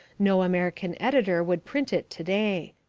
no american editor would print it to-day.